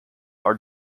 are